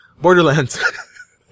Borderlands